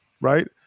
right